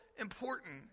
important